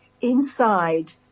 Inside